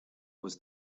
was